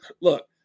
Look